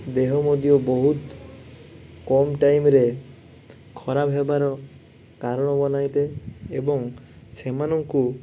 ଦେହ ମଧ୍ୟ ବହୁତ କମ୍ ଟାଇମ୍ରେ ଖରାପ ହେବାର କାରଣ ବନାଇଲେ ଏବଂ ସେମାନଙ୍କୁ